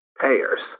payers